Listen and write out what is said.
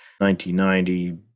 1990